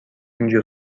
اینجور